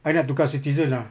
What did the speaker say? I nak tukar citizen lah